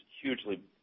hugely